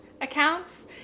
accounts